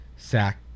sack